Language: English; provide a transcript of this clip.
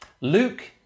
Luke